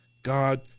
God